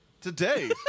Today